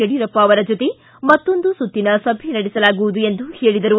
ಯಡಿಯೂರಪ್ಪ ಅವರ ಜೊತೆ ಮತ್ತೊಂದು ಸುತ್ತಿನ ಸಭೆ ನಡೆಸಲಾಗುವುದು ಎಂದು ಹೇಳಿದರು